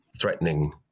threatening